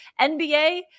NBA